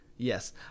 Yes